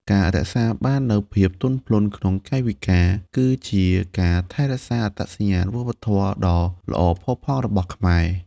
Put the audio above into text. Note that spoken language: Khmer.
ការរក្សាបាននូវភាពទន់ភ្លន់ក្នុងកាយវិការ គឺជាការថែរក្សាអត្តសញ្ញាណវប្បធម៌ដ៏ល្អផូរផង់របស់ខ្មែរ។